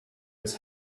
his